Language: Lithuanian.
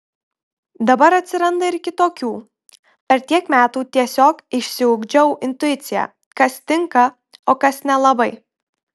dabar atsiranda ir kitokių per tiek metų tiesiog išsiugdžiau intuiciją kas tinka o kas nelabai